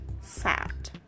Sad